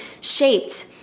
shaped